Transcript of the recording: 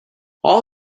all